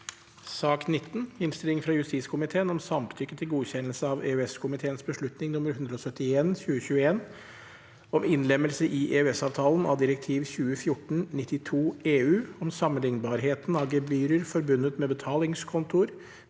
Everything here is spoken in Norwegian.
19. Innstilling fra justiskomiteen om Samtykke til godkjennelse av EØS-komiteens beslutning nr. 171/ 2021 om innlemmelse i EØS-avtalen av direktiv 2014/92/EU om sammenlignbarheten av gebyrer forbundet med betalingskontoer,